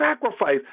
sacrifice